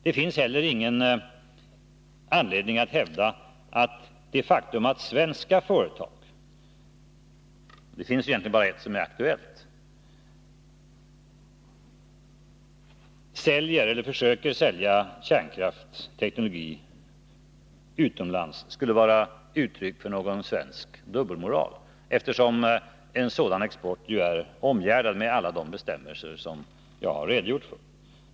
Det finns heller ingen anledning att hävda att det faktum att svenska företag — det finns ju egentligen bara ett som är aktuellt — försöker sälja kärnteknologi utomlands skulle vara uttryck för någon svensk dubbelmoral. En sådan export är ju omgärdad med alla de bestämmelser som jag har redogjort för.